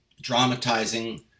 dramatizing